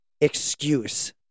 excuse